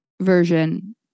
version